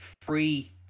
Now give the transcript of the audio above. free